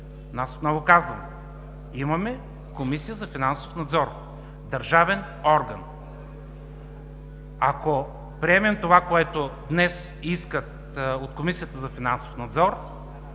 Аз отново казвам: имаме Комисия за финансов надзор – държавен орган. Ако приемем това, което днес искат от Комисията за финансов надзор,